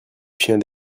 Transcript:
chien